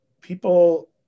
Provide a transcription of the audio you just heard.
people